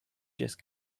just